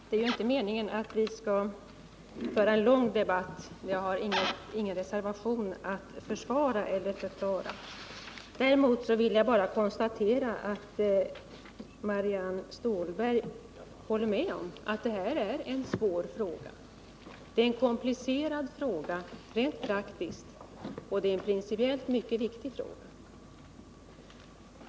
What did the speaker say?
Herr talman! Det är inte meningen att vi skall föra en lång debatt, och jag har ingen reservation att försvara eller förklara. Jag vill bara konstatera att Marianne Stålberg håller med om att detta är en svår fråga. Den är komplicerad rent praktiskt, och den är principiellt mycket viktig.